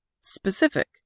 Specific